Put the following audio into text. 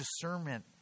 discernment